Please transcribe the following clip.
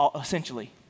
essentially